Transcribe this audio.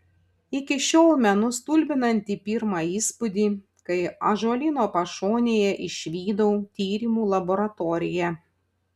iki šiol menu stulbinantį pirmą įspūdį kai ąžuolyno pašonėje išvydau tyrimų laboratoriją